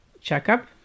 checkup